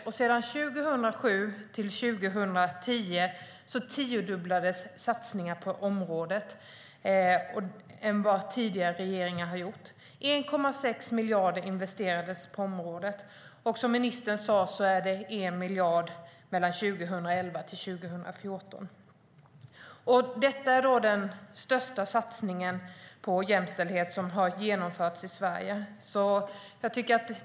Åren 2007-2010 tiodubblades satsningarna på området i jämförelse med vad tidigare regeringar gjort. 1,6 miljarder investerades på området. Som ministern sade är det 1 miljard mellan 2011 och 2014. Detta är den största satsning på jämställdhet som har genomförts i Sverige.